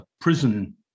prison